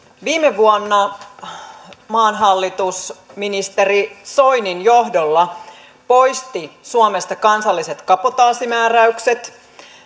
viime vuonna maan hallitus ministeri soinin johdolla poisti suomesta kansalliset kabotaasimääräykset